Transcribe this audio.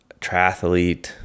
triathlete